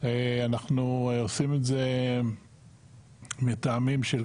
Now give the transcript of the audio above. אנחנו עושים את זה מטעמים של,